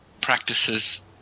practices